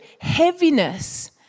heaviness